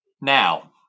Now